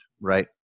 Right